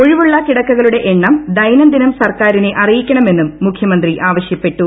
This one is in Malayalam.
ഒഴിവുള്ള കിടക്കകളുടെ എണ്ണം ദൈനംദിനം സർക്കാരിനെ അറിയിക്കണമെന്നും മുഖ്യമന്ത്രി ആവശ്യപ്പെട്ടു